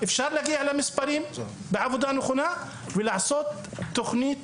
להגיע למספרים בעבודה נכונה ולעשות תוכנית